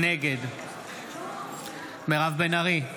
נגד מירב בן ארי,